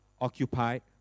occupied